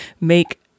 make